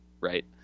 right